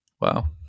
Wow